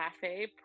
cafe